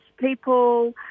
people